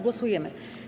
Głosujemy.